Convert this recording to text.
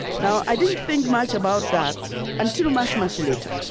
now, i didn't think much about that until much, much later.